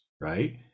right